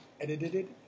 edited